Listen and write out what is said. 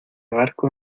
barco